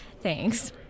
thanks